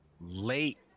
late